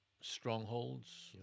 strongholds